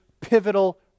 pivotal